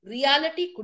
Reality